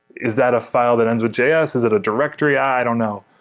is that a file that ends with js? is it a directory? i don't know.